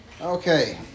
Okay